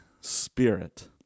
Spirit